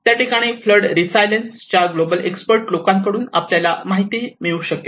त्या ठिकाणी flood resilience च्या ग्लोबल एक्सपर्ट लोकांकडून आपल्याला माहिती मिळू शकेल